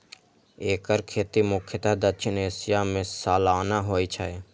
एकर खेती मुख्यतः दक्षिण एशिया मे सालाना होइ छै